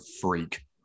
freak